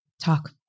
Talk